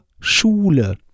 Schule